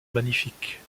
magnifique